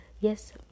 Yes